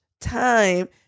time